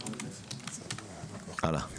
הלאה: